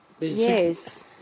yes